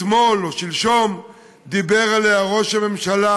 אתמול או שלשום דיברו עליה ראש הממשלה